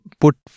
put